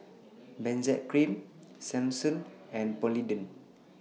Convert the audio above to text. Benzac Cream Selsun and Polident